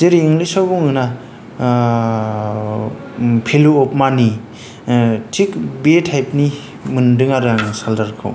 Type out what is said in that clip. जेरै इंलिसाव बुङो ना भेलु अफ मानि थिख बे टाइपनि मोन्दों आरो आं सार्जारखौ